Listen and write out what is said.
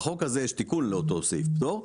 בחוק הזה יש תיקון לאותו סעיף פטור,